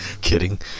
Kidding